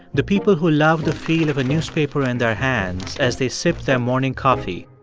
the people who love the feel of a newspaper in their hands as they sip their morning coffee,